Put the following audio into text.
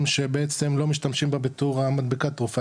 שבעצם לא משתמשים בה בתור המדבקה תרופה,